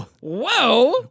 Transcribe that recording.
Whoa